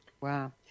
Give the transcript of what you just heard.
wow